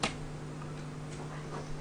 בבקשה.